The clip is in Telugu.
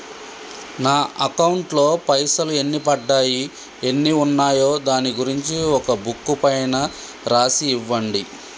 నా అకౌంట్ లో పైసలు ఎన్ని పడ్డాయి ఎన్ని ఉన్నాయో దాని గురించి ఒక బుక్కు పైన రాసి ఇవ్వండి?